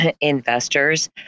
investors